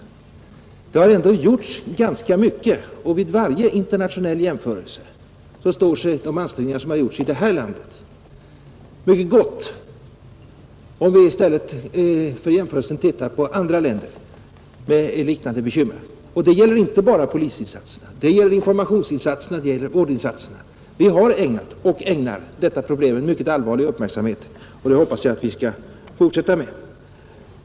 Det har trots allt gjorts ganska mycket, och vid varje jämförelse med andra länder som har liknande bekymmer står sig de ansträngningar som gjorts här i landet mycket gott. Det gäller inte bara polisinsatserna utan det gäller också informationsoch vårdinsatserna. Vi har ägnat och ägnar detta problem en mycket allvarlig uppmärksamhet, och det hoppas jag att vi skall fortsätta med.